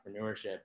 entrepreneurship